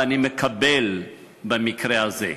ואני מקבל במקרה הזה.